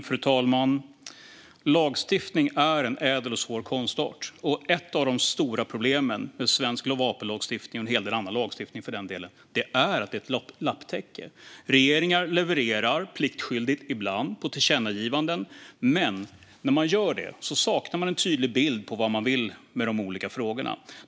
Fru talman! Lagstiftning är en ädel och svår konstart. Ett av de stora problemen med svensk vapenlagstiftning, och en hel del annan lagstiftning för den delen, är att den är ett lapptäcke. Regeringar levererar, pliktskyldigt och ibland, på tillkännagivanden, men när man gör det saknar man en tydlig bild av vad man vill med de olika frågorna.